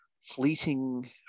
fleeting